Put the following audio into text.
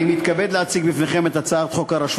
אני מתכבד להציג בפניכם את הצעת חוק הרשות